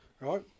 right